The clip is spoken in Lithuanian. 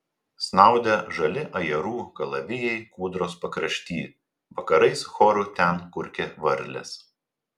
snaudė žali ajerų kalavijai kūdros pakrašty vakarais choru ten kurkė varlės